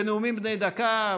בנאומים בני דקה,